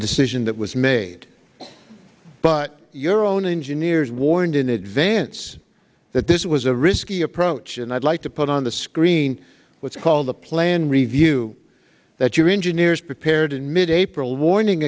decision that was made but your own engineers warned in advance that this was a risky approach and i'd like to put on the screen what's called the plan review that your engineers prepared in mid april warning